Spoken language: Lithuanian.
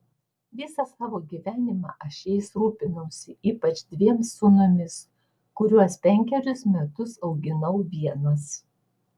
visą savo gyvenimą aš jais rūpinausi ypač dviem sūnumis kuriuos penkerius metus auginau vienas